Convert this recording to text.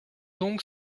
donc